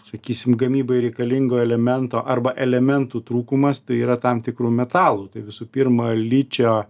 sakysim gamybai reikalingo elemento arba elementų trūkumas tai yra tam tikrų metalų tai visų pirma ličio